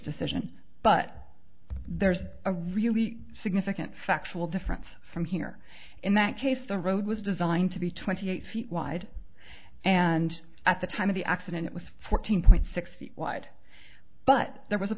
decision but there's a really significant factual difference from here in that case the road was designed to be twenty eight feet wide and at the time of the accident it was fourteen point six feet wide but there was a